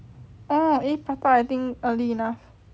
ah I think eat prata early enough